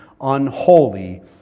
unholy